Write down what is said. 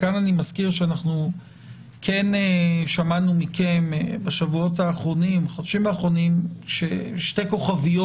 כאן אני מזכיר שאנחנו כן שמענו מכם בחודשיים האחרונים שתי כוכביות